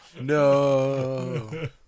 No